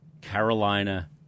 Carolina